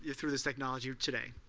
through this technology today.